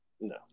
no